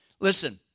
Listen